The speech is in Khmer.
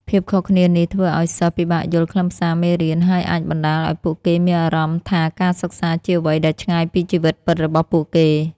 ភាពខុសគ្នានេះធ្វើឱ្យសិស្សពិបាកយល់ខ្លឹមសារមេរៀន ហើយអាចបណ្ដាលឱ្យពួកគេមានអារម្មណ៍ថាការសិក្សាជាអ្វីដែលឆ្ងាយពីជីវិតពិតរបស់ពួកគេ។